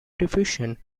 diffusion